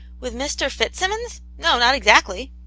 with mr. fitzsimmons? no, not exactly.